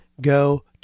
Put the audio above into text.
go